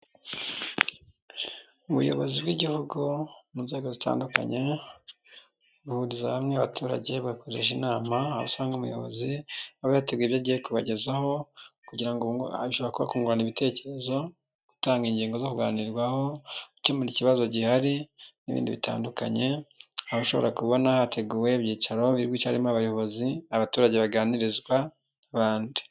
Ubuyobozi bw'igihugu mu nzego zitandukanye buhuriza hamwe abaturage bakoresha inama, usanga umuyobozi aba yateguye ibyo agiye kubagezaho kugira ngo asha kungurana ibitekerezo, gutanga ingingo zo kuganirwaho, gukemura ikibazo gihari n'ibindi bitandukanye. Aha ashobora kubona hateguwe ibyicaro biri bwicaremo abayobozi, abaturage baganirizwa bandi.